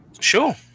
Sure